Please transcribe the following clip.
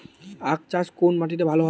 আখ চাষ কোন মাটিতে ভালো হয়?